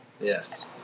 Yes